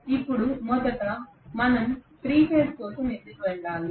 ఇప్పుడు మొదట మనం 3 ఫేజ్ కోసం ఎందుకు వెళ్ళాలి